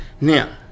Now